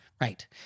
Right